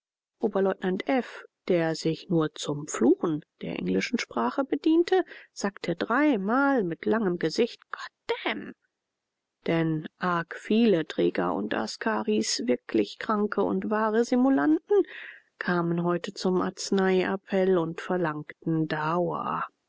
oberleutnant f der sich nur zum fluchen der englischen sprache bediente sagte dreimal mit langem gesicht goddam denn arg viele träger und askaris wirklich kranke und wahre simulanten kamen heute zum arzneiappell und verlangten daua